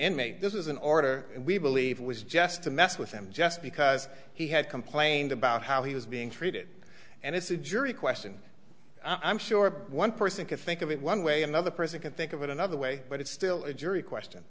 inmate this is an order we believe it was just to mess with him just because he had complained about how he was being treated and it's a jury question i'm sure one person could think of it one way another person could think of it another way but it's still a jury question